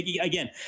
again